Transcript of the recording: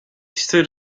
stood